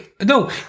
No